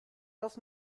das